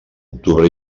octubre